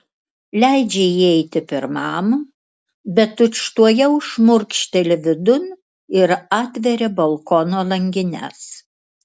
leidžia įeiti pirmam bet tučtuojau šmurkšteli vidun ir atveria balkono langines